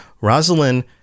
Rosalind